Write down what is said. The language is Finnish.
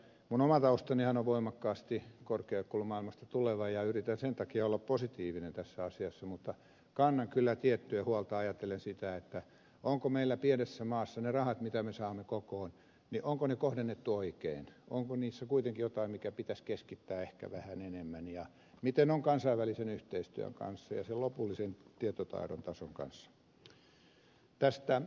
minun oma taustanihan on voimakkaasti korkeakoulumaailmasta tuleva ja yritän sen takia olla positiivinen tässä asiassa mutta kannan kyllä tiettyä huolta ajatellen sitä onko meillä pienessä maassa ne rahat mitä me saamme kokoon kohdennettu oikein onko kuitenkin jotain mihin pitäisi keskittää ehkä vähän enemmän ja miten on kansainvälisen yhteistyön kanssa ja sen lopullisen tietotaidon tason kanssa